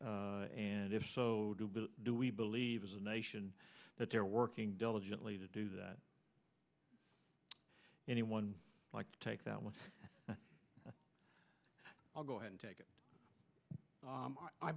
and if so do we believe as a nation that they're working diligently to do that anyone like to take that one i'll go and take it